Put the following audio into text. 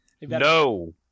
No